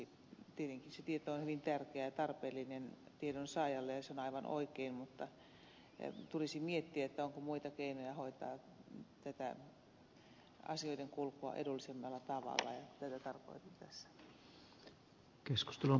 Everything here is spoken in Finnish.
tietenkin se tieto on hyvin tärkeä ja tarpeellinen tiedon saajalle ja se on aivan oikein mutta tulisi miettiä onko muita keinoja hoitaa tätä asioiden kulkua edullisemmalla tavalla ja tätä tarkoitin tässä